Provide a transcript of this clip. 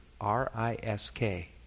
R-I-S-K